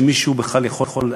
שמישהו בכלל יכול,